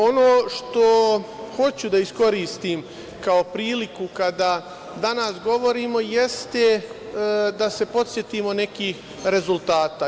Ono što hoću da iskoristim kao priliku kada danas govorimo jeste da se podsetimo nekih rezultata.